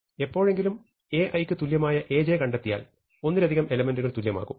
എപ്പോഴെങ്കിലും Ai ക്ക് തുല്യമായ Aj കണ്ടെത്തിയാൽ ഒന്നിലധികം എലെമെന്റുകൾ തുല്യമാകും